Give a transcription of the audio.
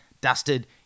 dusted